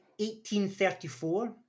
1834